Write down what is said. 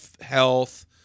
health